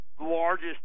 largest